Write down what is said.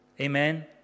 Amen